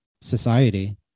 society